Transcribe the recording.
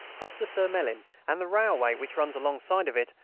crossed the surmelin and the railway which runs alongside of it,